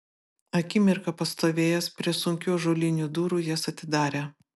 akimirką pastovėjęs prie sunkių ąžuolinių durų jas atidarė